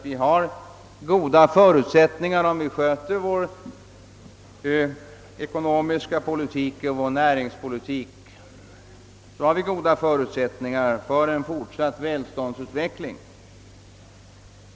Vi har goda förutsättningar för en fortsatt välståndsutveckling, om vi sköter vår ekonomiska politik och vår näringspolitik.